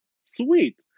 Sweet